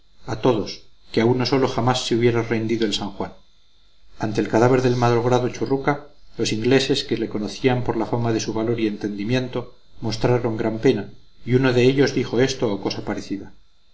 a todos que a uno solo jamás se hubiera rendido el san juan ante el cadáver del malogrado churruca los ingleses que le conocían por la fama de su valor y entendimiento mostraron gran pena y uno de ellos dijo esto o cosa parecida